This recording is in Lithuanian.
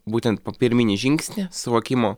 būtent pirminį žingsnį suvokimo